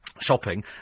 shopping